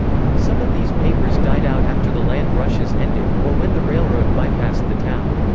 some of these papers died out after the land rushes ended, or when the railroad bypassed the town.